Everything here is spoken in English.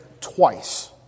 twice